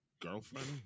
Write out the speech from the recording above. girlfriend